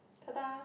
ta dah